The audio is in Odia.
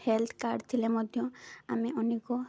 ହେଲ୍ଥ କାର୍ଡ଼ ଥିଲେ ମଧ୍ୟ ଆମେ ଅନେକ